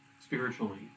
spiritually